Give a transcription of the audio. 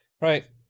right